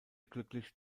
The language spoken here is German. glücklich